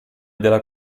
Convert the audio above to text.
della